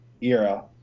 era